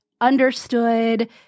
understood